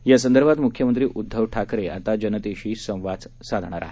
यासंदर्भात मुख्यमंत्री उद्धव ठाकरे आता जनतेशी संवाद साधणार आहेत